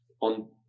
on